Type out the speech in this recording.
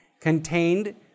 contained